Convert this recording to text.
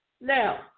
Now